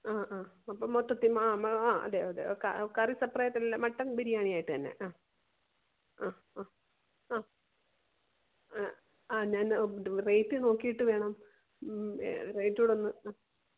അ ആ അപ്പോൾ മൊത്തത്തി അതെ അതെ കറി സെപ്പറേറ്റ് അല്ല മട്ടണ് ബിരിയാണി ആയിട്ടുതന്നെ ആ ആ ആ ആ ഞാന് റേറ്റ് നോക്കിയിട്ട് വേണം റേറ്റ് കൂടെ ഒന്ന്